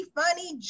funny